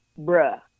bruh